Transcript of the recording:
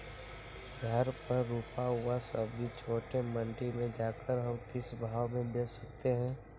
घर पर रूपा हुआ सब्जी छोटे मंडी में जाकर हम किस भाव में भेज सकते हैं?